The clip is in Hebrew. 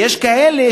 ויש כאלה,